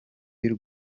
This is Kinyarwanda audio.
y’u